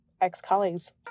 ex-colleagues